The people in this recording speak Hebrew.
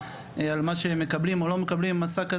מה הם חווים?